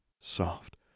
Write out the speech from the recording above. soft